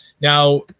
Now